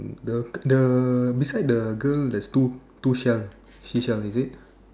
the beside the girl there is two two shell seashell is it